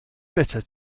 bitter